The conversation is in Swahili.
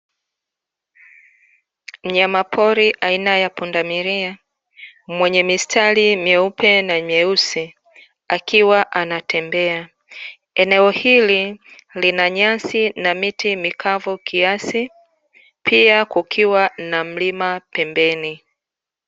Mnyama pori aina ya Pundamilia mwenye mistari myeupe na myeusi akiwa anatembea. Eneo hili lina nyasi na miti mikavu kiasi pia kukiwa na mlima pembeni.